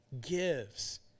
gives